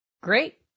Great